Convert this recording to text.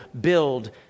build